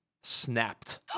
snapped